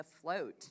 afloat